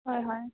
হয় হয়